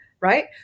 Right